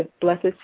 Blessed